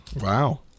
Wow